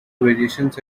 variations